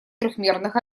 трёхмерных